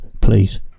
please